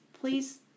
please